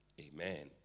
Amen